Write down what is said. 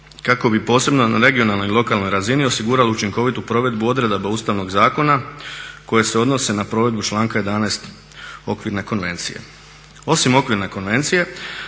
kako bi posebno na regionalnoj i lokalnoj razini osigurao učinkovitu provedbu odredaba Ustavnog zakona koje se odnose na provedbu članka 11. Okvirne konvencije. Osim Okvirne konvencije